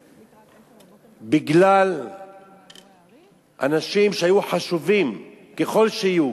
בגלל אנשים שהיו חשובים ככל שיהיו,